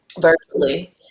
virtually